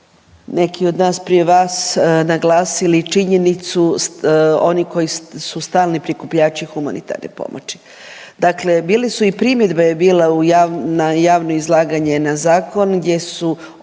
neki od nas prije vas naglasili činjenicu oni koji su stalni prikupljači humanitarne pomoći. Dakle bile su i primjedbe je bila na javno izlaganje na zakon gdje su